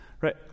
Right